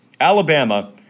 Alabama